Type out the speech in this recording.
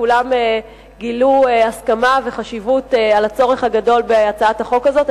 כולם הסכימו לגבי החשיבות והצורך הגדול בהצעת החוק הזאת.